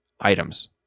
items